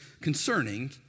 concerning